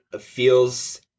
feels